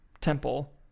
temple